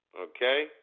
Okay